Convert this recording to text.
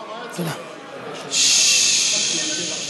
ששש.